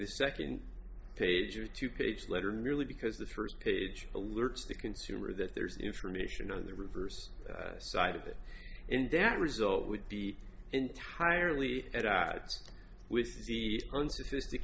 the second page or two page letter merely because the first page alerts the consumer that there's information on the reverse side of it in that result would be entirely at odds with the